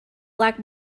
black